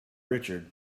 richard